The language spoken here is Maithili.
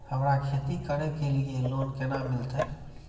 हमरा खेती करे के लिए लोन केना मिलते?